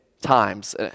times